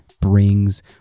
brings